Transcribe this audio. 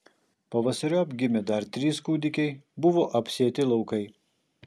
pavasariop gimė dar trys kūdikiai buvo apsėti laukai